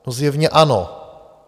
No zjevně ano.